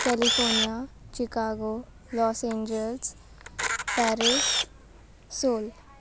California Chicago Los Angeles Paris soi